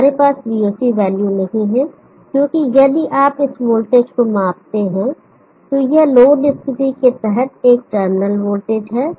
हमारे पास voc value नहीं है क्योंकि यदि आप इस वोल्टेज को मापते हैं तो यह लोड स्थिति के तहत एक टर्मिनल वोल्टेज है